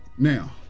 Now